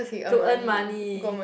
to earn money